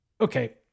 Okay